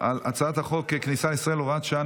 על הצעת חוק הכניסה לישראל (הוראת שעה,